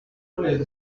kumwe